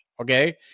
okay